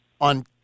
on